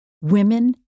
women